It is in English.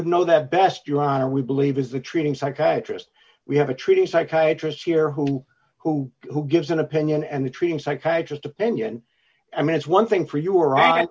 would know that best your honor we believe is the treating psychiatrist we have a treaty psychiatrist here who who who gives an opinion and the treating psychiatrist opinion i mean it's one thing for you or i